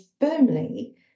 firmly